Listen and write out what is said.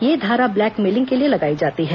यह धारा ब्लैकमेलिंग के लिए लगाई जाती है